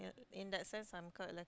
in that sense I'm kind of